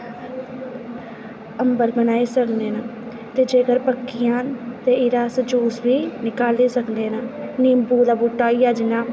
अंबल बनाई सकने न ते जेकर पक्की जान ते एह्दा अस जूस बी निकाली सकने न नींबू दा बूहटा होई गेआ जियां